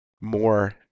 more